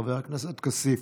חבר הכנסת כסיף,